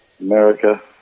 America